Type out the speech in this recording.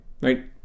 right